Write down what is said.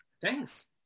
Thanks